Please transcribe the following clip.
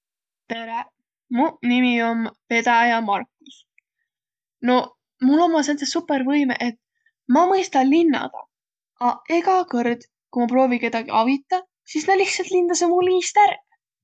Tereq! Muq nimi om Pedäjä Markus. Noq mul ommaq sääntseq supõrvõimõq, et ma mõista linnadaq, a egä kõrd, ku ma proovi kedägi avitaq, sis nä lihtsält lindasõq mul iist ärq.